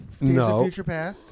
No